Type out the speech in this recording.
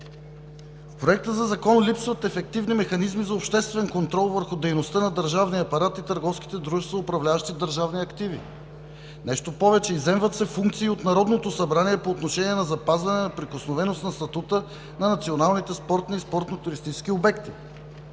В Проекта за закон липсват ефективни механизми за обществен контрол върху дейността на държавния апарат и търговските дружества, управляващи държавни активи. Нещо повече, изземват се функции от Народното събрание по отношение на запазване на неприкосновеност на статута на националните спортни и спортно-туристически обекти.